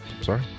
sorry